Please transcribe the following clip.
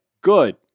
good